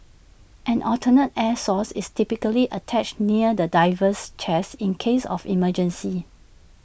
an alternative air source is typically attached near the diver's chest in case of emergency